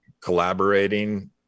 collaborating